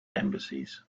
embassies